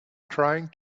trying